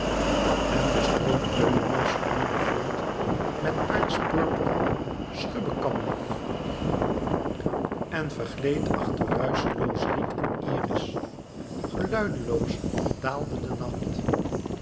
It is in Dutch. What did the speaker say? en de stroom euenos vloeide voort met paars purperen schubbe kabbeling en vergleed achter ruischeloos riet en iris geluideloos daalde de nacht